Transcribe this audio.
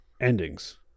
endings